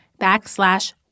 backslash